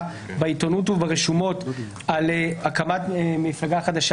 בעיתונות וברשומות על הקמת מפלגה חדשה.